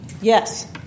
Yes